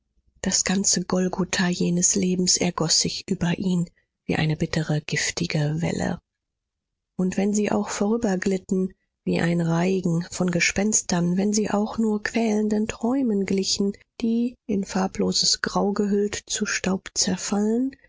das ganze golgatha jenes lebens ergoß sich über ihn wie eine bittere giftige welle und wenn sie auch vorüberglitten wie ein reigen von gespenstern wenn sie auch nur quälenden träumen glichen die in farbloses grau gehüllt zu staub zerfallen